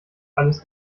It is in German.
alles